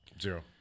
Zero